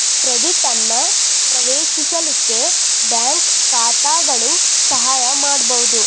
credit ಅನ್ನ ಪ್ರವೇಶಿಸಲಿಕ್ಕೆ bank ಖಾತಾಗಳು ಸಹಾಯ ಮಾಡ್ಬಹುದು